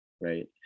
right